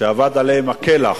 שאבד עליהם כלח,